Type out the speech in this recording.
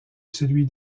celui